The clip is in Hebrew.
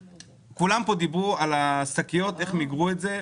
כולם נתנו לדוגמה את השקיות והמיסוי שיש עליהן.